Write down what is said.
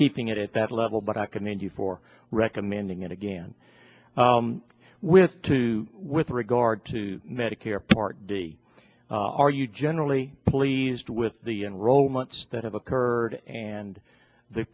keeping it at that level but i commend you for recommending it again with two with regard to medicare part d are you generally pleased with the enrollments that have occurred and the